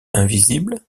invisible